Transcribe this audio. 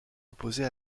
imposer